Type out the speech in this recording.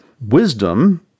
wisdom